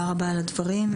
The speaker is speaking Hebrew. גל קרפל,